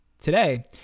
Today